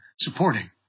supporting